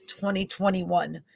2021